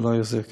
שלא יחזור כסף.